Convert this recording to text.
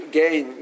gain